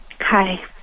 Hi